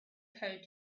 code